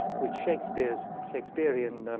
which shakespearean shakespearean